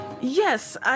Yes